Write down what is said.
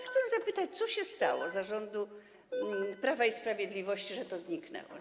Chcę zapytać, co się stało za rządu Prawa i Sprawiedliwości, że to zniknęło.